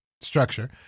structure